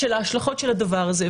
של ההשלכות של הדבר הזה.